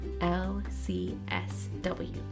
L-C-S-W